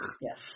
Yes